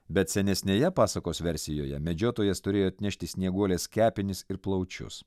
bet senesnėje pasakos versijoje medžiotojas turėjo atnešti snieguolės kepenis ir plaučius